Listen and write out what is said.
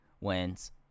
wins